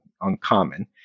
uncommon